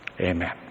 amen